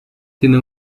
tiene